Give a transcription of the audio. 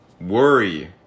worry